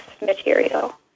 material